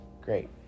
great